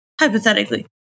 Hypothetically